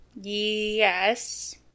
Yes